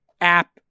app